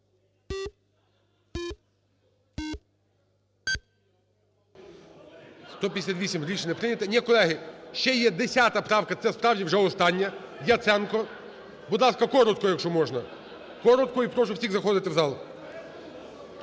Рішення не прийнято. Ні, колеги, ще є десята правка – це, справді, вже останнє, Яценко, будь ласка, коротко, якщо можна. Коротко. І прошу всіх заходити в зал.